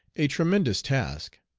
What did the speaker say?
a tremendous task!